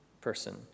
person